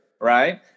right